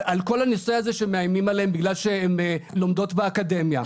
על כל הנושא הזה שמאיימים עליהן בגלל שהן לומדות באקדמיה.